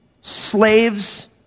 slaves